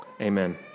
Amen